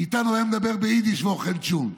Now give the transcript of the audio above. איתנו הוא היה מדבר ביידיש ואוכל טשולנט.